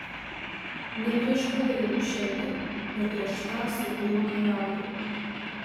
ne prieš tave einu šiandien bet prieš tą su kuriuo kariauju